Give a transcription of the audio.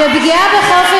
אבל יש לי מלא זמן.